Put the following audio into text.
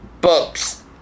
books